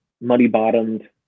muddy-bottomed